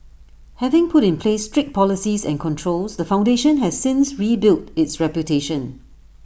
having put in place strict policies and controls the foundation has since rebuilt its reputation